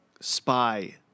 spy